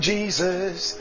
Jesus